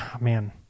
Man